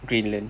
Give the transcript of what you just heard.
greenland